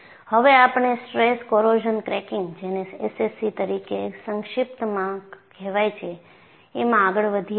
હવે આપણે stress corrosion cracking જેને SCC તરીકે સંક્ષિપ્તમાં કહેવાય છે એમાં આગળ વધીએ છીએ